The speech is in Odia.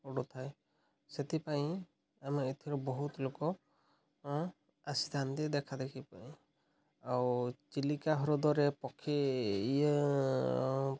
ପଡ଼ୁଥାଏ ସେଥିପାଇଁ ଆମେ ଏଥିରୁ ବହୁତ ଲୋକ ଆସିଥାନ୍ତି ଦେଖା ଦେଖିପାଇଁ ଆଉ ଚିଲିକା ହ୍ରଦରେ ପକ୍ଷୀ ଇଏ